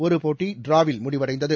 ஒருபோட்டிடிராவில் முடிவடைந்தது